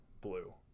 blue